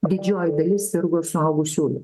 didžioji dalis sirgo suaugusiųjų